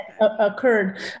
occurred